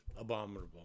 abominable